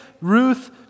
Ruth